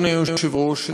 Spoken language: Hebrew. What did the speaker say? אדוני היושב-ראש,